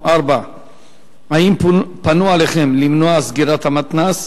4. האם פנו אליכם למנוע סגירת המתנ"ס?